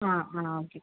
ആ ആ ഓക്കെ